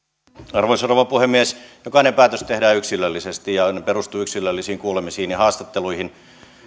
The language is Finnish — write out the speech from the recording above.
arvoisa rouva puhemies jokainen päätös tehdään yksilöllisesti ja perustuu yksilöllisiin kuulemisiin ja haastetteluihin